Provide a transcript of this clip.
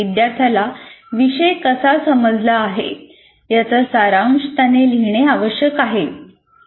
विद्यार्थ्याला विषय कसा समजला आहे याचा सारांश त्याने लिहिणे आवश्यक आहे